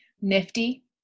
Nifty